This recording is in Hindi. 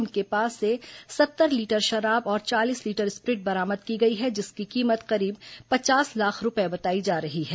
इनके पास से सत्तर लीटर शराब और चालीस लीटर स्प्रीट बरामद की गई है जिसकी कीमत करीब पचास लाख रूपए बताई जा रही है